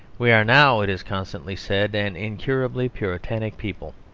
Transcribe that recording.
we are now, it is constantly said, an incurably puritanic people.